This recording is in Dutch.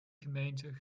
gemeenten